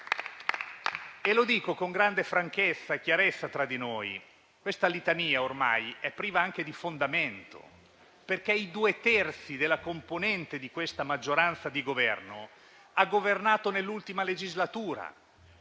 Lo dico con grande franchezza e chiarezza tra di noi: questa litania ormai è priva anche di fondamento, perché i due terzi delle componenti di questa maggioranza di Governo hanno governato nell'ultima legislatura;